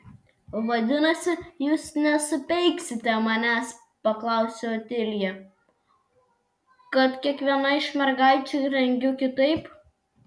vadinasi jūs nesupeiksite manęs paklausė otilija kad kiekvieną iš mergaičių rengiu kitaip